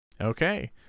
Okay